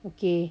okay